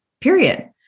period